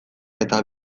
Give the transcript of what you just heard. eta